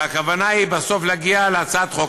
והכוונה בסוף היא להגיע להצעת חוק.